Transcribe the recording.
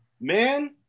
man